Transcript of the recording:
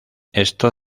esto